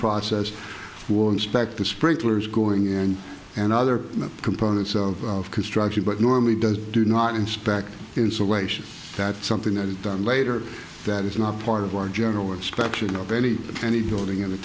process will inspect the sprinklers going and and other components of construction but normally does do not inspect insulation that's something that is done later that is not part of our general inspection of any any building in the